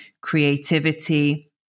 creativity